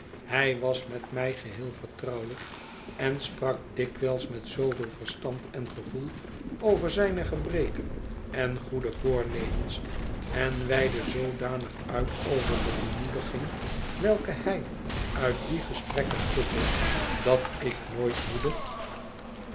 hij was met mij geheel vertrouwelijk en sprak dikwijls met zooveel verstand en gevoel over zijne gebreken en goede voornemens en weidde zoodanig uit over de bemoediging welke hij uit die gesprekken putte dat ik nooit moede